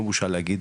אפשר להגיד,